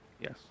yes